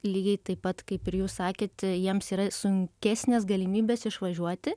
lygiai taip pat kaip ir jūs sakėt jiems yra sunkesnės galimybės išvažiuoti